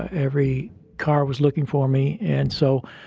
every car was looking for me. and so,